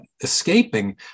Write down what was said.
escaping